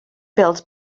built